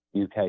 UK